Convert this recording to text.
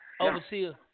Overseer